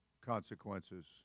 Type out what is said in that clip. consequences